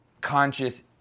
conscious